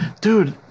dude